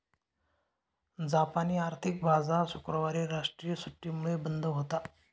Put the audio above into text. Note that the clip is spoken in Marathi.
जापानी आर्थिक बाजार शुक्रवारी राष्ट्रीय सुट्टीमुळे बंद होता